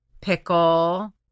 pickle